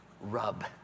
rub